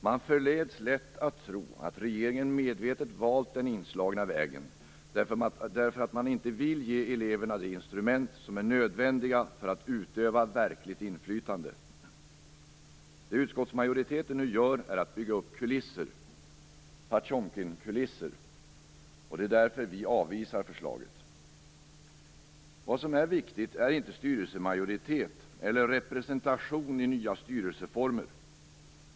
Vi förleds lätt att tro att regeringen medvetet valt den inslagna vägen därför att man inte vill ge eleverna de instrument som är nödvändiga för att utöva verkligt inflytande. Det utskottsmajoriteten nu gör är att bygga upp kulisser - Potemkinkulisser. Där för avvisar vi förslaget. Vad som är viktigt är inte styrelsemajoritet eller representation i nya styrelseformer.